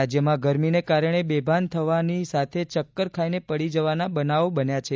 રાજ્યમાં ગરમીને કારણે બેભાન થવાની સાથે ચક્કર ખાઇને પડી જવાના બનાવો બન્યા છે